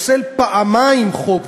פוסל פעמיים חוק,